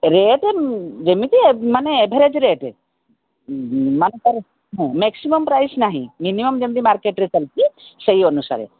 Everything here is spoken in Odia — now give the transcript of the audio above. ରେଟ୍ ଯେମିତି ମାନେ ଆଭେରେଜ୍ ରେଟ୍ ମାନେ ତା'ର ହଁ ମ୍ୟାକ୍ସିମମ୍ ପ୍ରାଇସ୍ ନାହିଁ ମିନିମମ୍ ଯେମିତି ମାର୍କେଟ୍ରେ ଚାଲିଛି ସେହି ଅନୁସାରେ